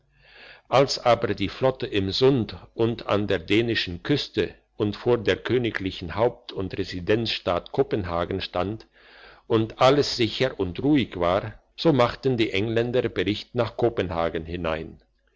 als aber die flotte im sund und an der dänischen küste und vor der königlichen haupt und residenzstadt kopenhagen stand und alles sicher und ruhig war so machten die engländer bericht nach kopenhagen hinein